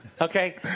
okay